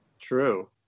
True